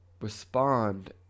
respond